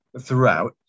throughout